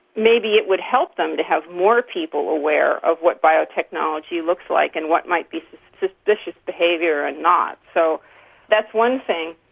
maybe it would help them to have more people aware of what biotechnology looks like and what might be suspicious behaviour and not. so that's one thing.